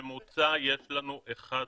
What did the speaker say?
בממוצע יש לנו אחד ביום,